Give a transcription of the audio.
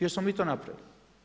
Jer smo mi to napravili.